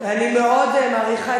אני לא נותן